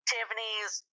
Tiffany's